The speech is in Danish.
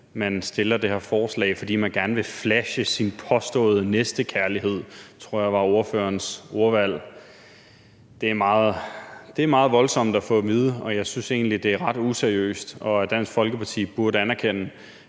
fremsætter det her forslag, fordi man gerne vil flashe sin påståede næstekærlighed – det tror jeg var ordførerens ordvalg. Det er meget voldsomt at få at vide, og jeg synes egentlig, at det er ret useriøst. Dansk Folkeparti burde anerkende,